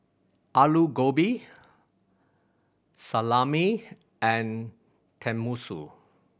Alu Gobi Salami and Tenmusu